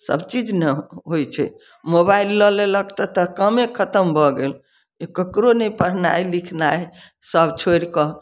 सब चीज नहि होइ छै मोबाइल लऽ लेलक तऽ तऽ कामे खतम भऽ गेल तऽ ककरो नहि पढ़नाइ लिखनाय सब छोड़िकऽ